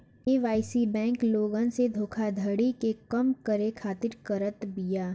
KYC bank लोगन के धोखाधड़ी के कम करे खातिर करत बिया